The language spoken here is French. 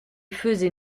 faisait